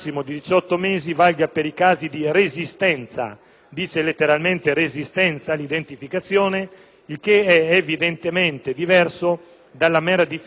i casi di *resistenza* all'identificazione, il che è evidentemente diverso dalla mera difficoltà nell'accertamento,